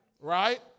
Right